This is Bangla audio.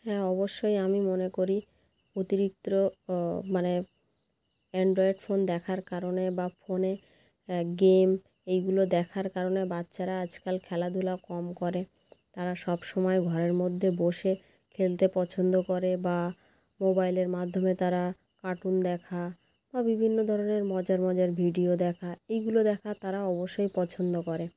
হ্যাঁ অবশ্যই আমি মনে করি অতিরিক্ত মানে অ্যানড্রয়েড ফোন দেখার কারণে বা ফোনে গেম এইগুলো দেখার কারণে বাচ্চারা আজকাল খেলাধুলো কম করে তারা সব সময় ঘরের মধ্যে বসে খেলতে পছন্দ করে বা মোবাইলের মাধ্যমে তারা কার্টুন দেখা বা বিভিন্ন ধরনের মজার মজার ভিডিও দেখা এইগুলো দেখা তারা অবশ্যই পছন্দ করে